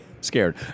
scared